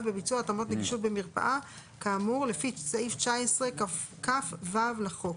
בביצוע התאמות נגישות במרפאה כאמור לפי סעיף 19כ(ו) לחוק,